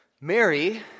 Mary